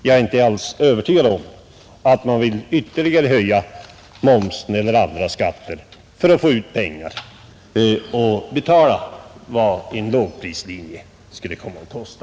Jag är inte övertygad om att man vill ytterligare höja moms eller andra skatter för att få ut pengar att betala vad en lågprislinje skulle komma att kosta,